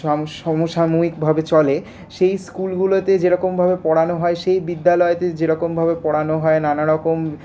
সমসাময়িক ভাবে চলে সেই স্কুলগুলোতে যেরকমভাবে পড়ানো হয় সেই বিদ্যালয়তে যেরকমভাবে পড়ানো হয় নানারকম